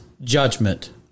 judgment